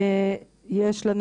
יש לנו